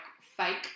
fake